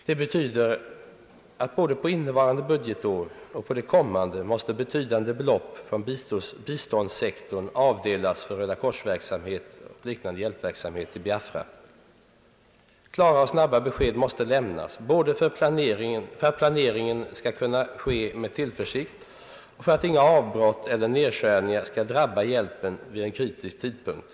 Det innebär att både för innevarande budgetår och för det komman de måste betydande belopp från biståndssektorn avdelas för Röda Korsverksamhet och liknande hjälpverksamhet i Biafra. Klara och snabba besked måste lämnas både för att planeringen skall kunna ske med tillförsikt och för att inga avbrott eller nedskärningar skall drabba hjälpen vid en kritisk tidpunkt.